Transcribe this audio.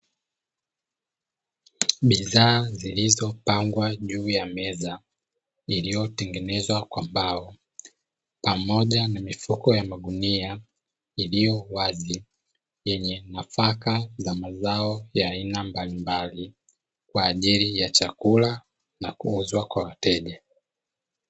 Bidhaa zilizopangwa juu ya meza iliyotengenezwa kwa mbao, pamoja na mifuko ya magunia iliyo wazi yenye nafaka za mazao ya aina mbalimbali, kwa ajili ya chakula na kuuzwa kwa wateja.